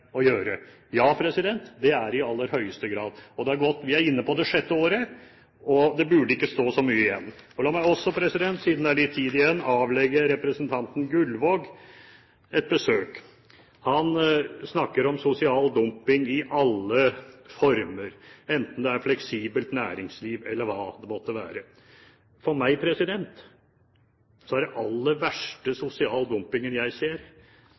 Ja, det er det i aller høyeste grad. Vi er i det sjette året, og det burde ikke gjenstå så mye. La meg også – siden det er litt tid igjen – avlegge representanten Gullvåg et besøk. Han snakker om sosial dumping i alle former, enten det er et fleksibelt næringsliv eller hva det måtte være. For meg er den aller verste sosiale dumpingen